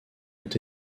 ont